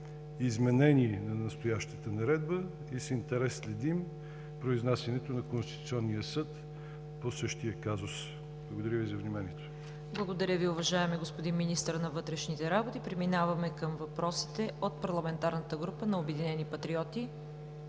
изменение на настоящата наредба и с интерес следим произнасянето на Конституционния съд по същия казус. Благодаря Ви за вниманието. ПРЕДСЕДАТЕЛ ЦВЕТА КАРАЯНЧЕВА: Благодаря Ви, уважаеми господин Министър на вътрешните работи. Преминаваме към въпросите от Парламентарната група на „Обединени патриоти“.